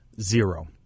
Zero